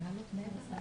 בסדר.